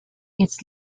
its